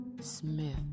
Smith